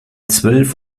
zwölf